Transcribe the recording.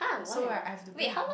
so right I have to bring a